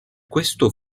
questo